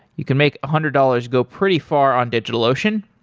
you can make a hundred dollars go pretty far on digitalocean.